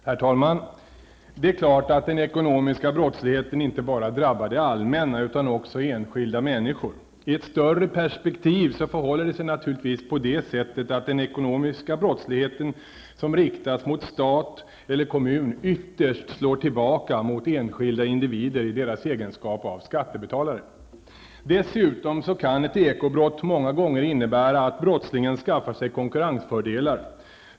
Herr talman! Det är klart att den ekonomiska brottsligheten inte bara drabbar det allmänna, utan också enskilda människor. I ett större perspektiv förhåller det sig naturligtvis så att ekonomiska brott som riktas mot stat eller kommun ytterst slår tillbaka mot enskilda individer i deras egenskap av skattebetalare. Dessutom kan ett ekobrott många gånger innebära att brottslingen skaffar sig konkurrensfördelar.